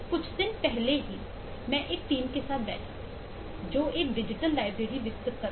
कुछ दिन पहले ही मैं एक टीम के साथ बैठा जो एक डिजिटल लाइब्रेरी विकसित कर रहे हैं